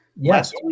Yes